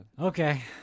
Okay